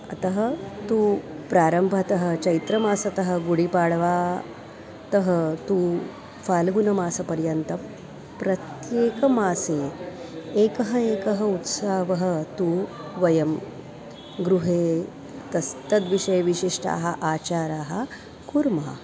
अतः तु प्रारम्भतः चैत्रमासतः गुडिपाळवातः तु फाल्गुनमासपर्यन्तं प्रत्येकमासे एकः एकः उत्सवः तु वयं गृहे तस् तद्विषये विशिष्टान् आचारान् कुर्मः